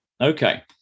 Okay